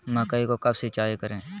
मकई को कब सिंचाई करे?